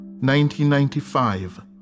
1995